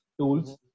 tools